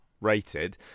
rated